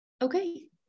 Okay